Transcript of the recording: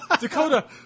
Dakota